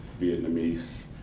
Vietnamese